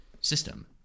system